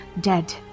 dead